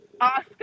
Oscar